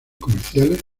comerciales